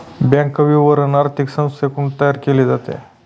bank विवरण आर्थिक संस्थांकडून तयार केले जाते